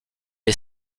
est